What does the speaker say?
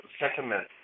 sentiment